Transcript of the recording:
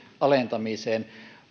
alentamiseen